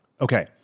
Okay